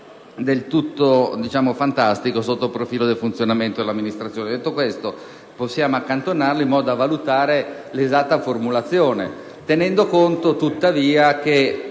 del tutto positivo, sotto il profilo del funzionamento dell'amministrazione. Detto questo, possiamo accantonare l'emendamento, in modo da valutare l'esatta formulazione, considerando tuttavia che,